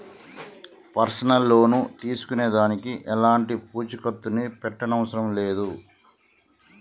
personal loan తీసుకునే దానికి ఎలాంటి పూచీకత్తుని పెట్టనవసరం లేదు